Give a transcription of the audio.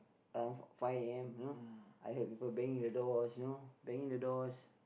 around five A_M you know I heard people banging the doors you know banging the doors